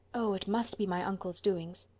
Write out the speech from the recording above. oh! it must be my uncle's doings!